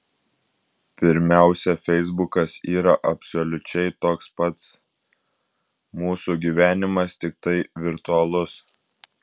pirmiausia feisbukas yra absoliučiai toks pats mūsų gyvenimas tiktai virtualus